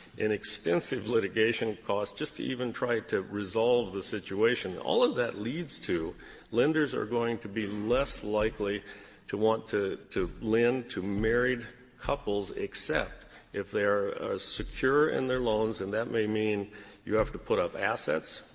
in extensive litigation costs just to even try to resolve the situation. all of that leads to lenders are going to be less likely to want to to lend to married couples except if they are secure in their loans. and that may mean you have to put up assets,